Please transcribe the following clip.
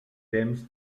temps